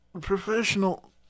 professional